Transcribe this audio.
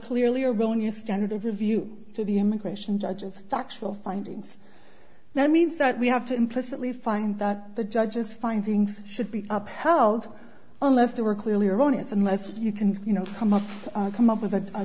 clearly erroneous standard of review to the immigration judges factual findings that means that we have to implicitly find that the judge's findings should be upheld unless they were clearly erroneous unless you can you know come up come up with a